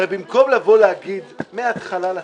הרי במקום להגיד מהתחלה לציבור: